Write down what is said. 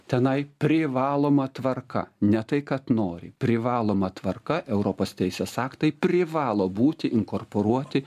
tenai privaloma tvarka ne tai kad nori privaloma tvarka europos teisės aktai privalo būti inkorporuoti